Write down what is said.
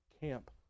camp